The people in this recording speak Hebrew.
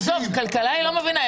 עזוב, בכלכלה היא לא מבינה.